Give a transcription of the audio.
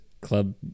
club